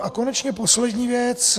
A konečně poslední věc.